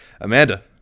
Amanda